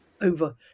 over